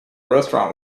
restaurant